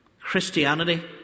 Christianity